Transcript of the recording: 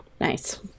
Nice